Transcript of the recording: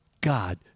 God